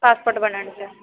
passport ਬਣਨ 'ਚ